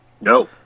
No